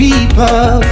people